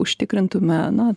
užtikrintume na